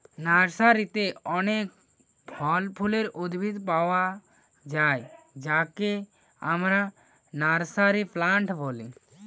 নার্সারিতে অনেক ফল ফুলের উদ্ভিদ পায়া যায় যাকে আমরা নার্সারি প্লান্ট বলি